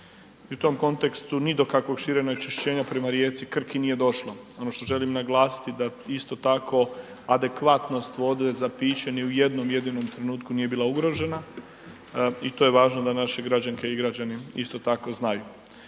u tom kontekstu ni do kakvog širenja onečišćenja prema rijeci Krki nije došlo. Ono što želim naglasiti da isto tako adekvatnost vode za piće ni u jednom jedinom trenutku nije bila ugrožena i to je važno da naše građanke i građani isto tako znaju.